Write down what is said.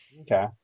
okay